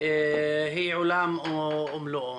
היא עולם ומלואו.